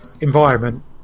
environment